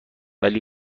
ولی